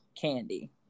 Candy